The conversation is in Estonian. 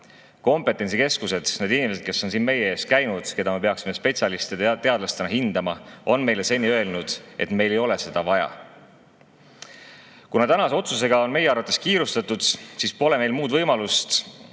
Kompetentsikeskused, need inimesed, kes on siin meie ees käinud, keda me peaksime spetsialistide ja teadlastena hindama, on meile seni öelnud, et meil ei ole seda vaja. Kuna tänase otsusega on meie arvates kiirustatud, siis pole meil muud võimalust,